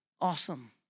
awesome